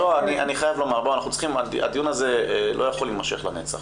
הדיון הזה לא יכול להמשך לנצח.